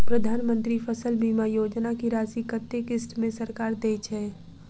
प्रधानमंत्री फसल बीमा योजना की राशि कत्ते किस्त मे सरकार देय छै?